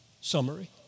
summary